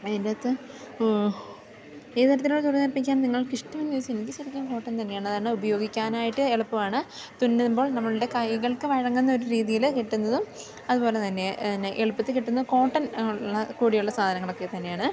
അതിന്റെയകത്ത് ഏതുതരത്തിലുള്ള തുണി തയ്പ്പിക്കാനാണ് നിങ്ങൾക്കിഷ്ടമെന്ന് ചോദിച്ചാല് എനിക്ക് ശരിക്കും കോട്ടൻ തന്നെയാണ് കാരണം ഉപയോഗിക്കുവാനായിട്ട് എളുപ്പമാണ് തുന്നുമ്പോൾ നമ്മുടെ കൈകൾക്ക് വഴങ്ങുന്നൊരു രീതിയില് കിട്ടുന്നതും അതുപോലെ തന്നെ എന്താണ് എളുപ്പത്തില് കിട്ടുന്നത് കോട്ടൻ കൂടിയുള്ള സാധനങ്ങളൊക്കെ തന്നെയാണ്